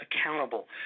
accountable